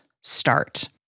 start